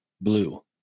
blue